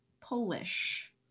Polish